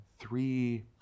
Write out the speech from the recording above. Three